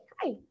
hi